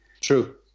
True